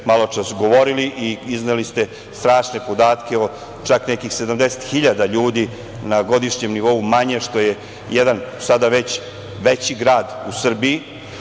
malo čas govorili i izneli ste strašne podatke o čak nekih 70 hiljada ljudi na godišnjem nivou manje, što je jedan sada već veći grad u Srbiji,